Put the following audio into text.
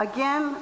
Again